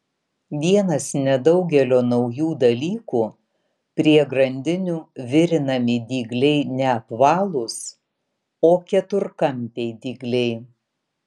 vienas nedaugelio naujų dalykų prie grandinių virinami dygliai ne apvalūs o keturkampiai dygliai